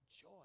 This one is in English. joy